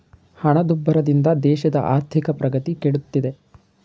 ಹಣದುಬ್ಬರದಿಂದ ದೇಶದ ಆರ್ಥಿಕ ಪ್ರಗತಿ ಕೆಡುತ್ತಿದೆ